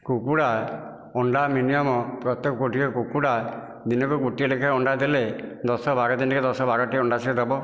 କୁକୁଡ଼ା ଅଣ୍ଡା ମିନିମମ୍ ପ୍ରତେକ ଗୋଟିଏ କୁକୁଡ଼ା ଦିନକୁ ଗୋଟିଏ ଲେଖାଏଁ ଅଣ୍ଡା ଦେଲେ ଦଶ ବାର ଦିନକେ ଦଶ ବାରଟି ଅଣ୍ଡା ସିଏ ଦେବ